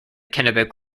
kennebec